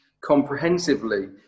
comprehensively